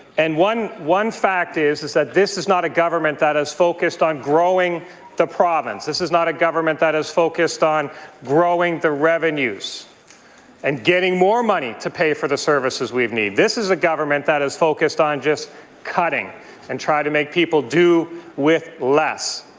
and one one fact is that that is not a government that is focused on growing the province. this is not a government that is focused on growing the revenues and getting more money to pay for the services we need. this is a government that is focused on just cutting and try to make people do with less.